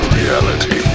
reality